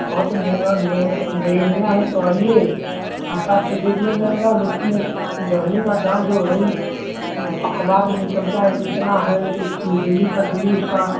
हाँ तो मेना लेना लेना है तो आइए हिसाब से दे दिया जाएगा लेकिन गहने का दाम जो रही अख़बार में निकलता है जितना है उत डेली का डेली उसका